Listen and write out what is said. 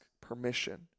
permission